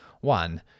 one